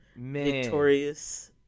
Victorious